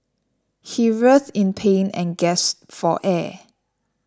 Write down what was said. he writhed in pain and gasped for air